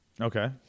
Okay